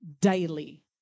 daily